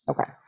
okay